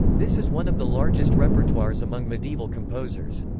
this is one of the largest repertoires among medieval composers.